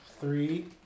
three